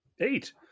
Eight